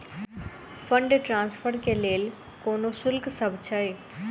Fund transfer केँ लेल कोनो शुल्कसभ छै?